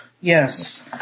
Yes